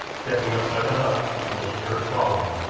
stepping outside the hut, he motioned her to follow him,